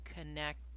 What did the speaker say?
connect